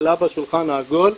הוא עלה בשולחן העגול,